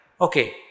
Okay